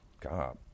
god